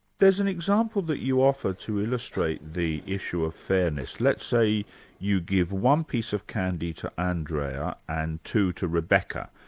there's an example that you offer to illustrate the issue of fairness. let's say you give one piece of candy to andrea and two to rebecca,